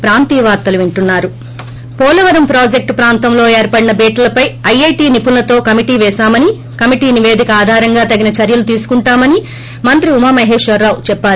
break Polavaram project ప్రాంతంలో ఏర్పడిన చీటలపై ఐఐటీ నిపుణులతో కమిటీ పేశామని కమిటీ నిపేదిక ఆధారంగా తగిన చర్యలు తీసుకుంటామని మంత్రి ఉమామహేశ్వరరావు చెప్పారు